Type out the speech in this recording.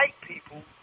people